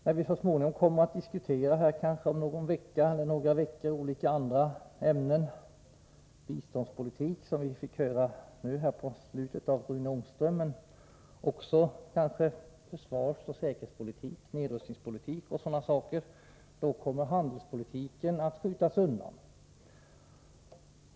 När vi om någon eller några veckor kommer att diskutera andra ämnen — biståndspolitik, som Rune Ångström nämnde i slutet av sitt anförande, men kanske även försvars-, säkerhetsoch nedrustningspolitik — kommer handelspolitiken att skjutas undan.